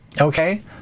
Okay